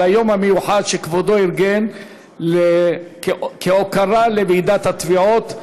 את היום המיוחד שכבודו ארגן כהוקרה לוועידת התביעות.